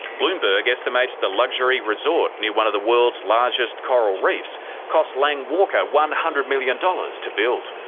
bloomberg estimates the luxury resort near one of the world's largest coral reefs cost lang walker one hundred million dollars to build,